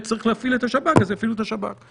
ועת החוקה מחוקקת חוק שאמור להיות בתוקף עד סוף מרץ.